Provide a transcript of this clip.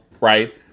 right